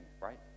right